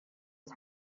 was